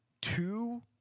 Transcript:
two